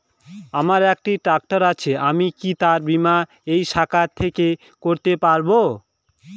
আমার একটি ট্র্যাক্টর আছে আমি কি তার বীমা এই শাখা থেকে করতে পারব?